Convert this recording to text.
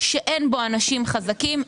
ואין בו אנשים חזקים,